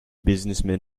businessmen